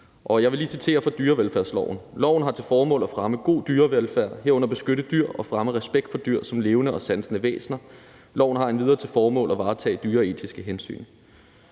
jeg vil lige citere fra dyrevelfærdsloven: »Loven har til formål at fremme god dyrevelfærd, herunder beskytte dyr, og fremme respekt for dyr som levende og sansende væsener. Loven har endvidere til formål at varetage dyreetiske hensyn.«